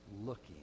looking